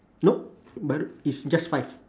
nope but it's just five